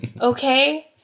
Okay